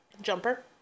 jumper